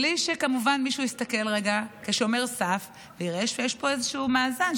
בלי שכמובן מישהו יסתכל רגע כשומר סף ויראה שיש פה איזשהו מאזן,